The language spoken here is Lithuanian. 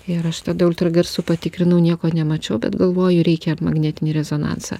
ir aš tada ultragarsu patikrinau nieko nemačiau bet galvoju reikia ir magnetinį rezonansą